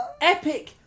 epic